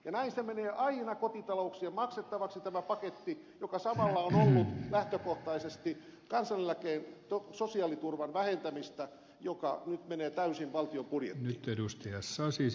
näistä menee aina kotitalouksien maksettavaksi tämä paketti joka samalla on ollut lähtökohtaisesti kansaneläkkeen sosiaaliturvan vähentämistä joka nyt menee täysin valtion budjettiin